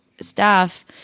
staff